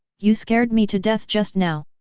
you scared me to death just now!